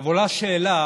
עולה שאלה